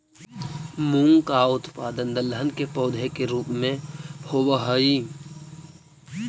मूंग का उत्पादन दलहन के पौधे के रूप में होव हई